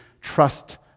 trust